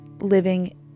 living